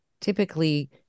typically